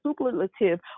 superlative